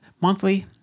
monthly